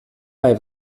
bei